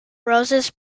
roses